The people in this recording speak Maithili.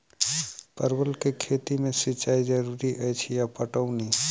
परवल केँ खेती मे सिंचाई जरूरी अछि या पटौनी?